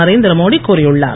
நரேந்திர மோடி கூறியுள்ளார்